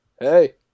Hey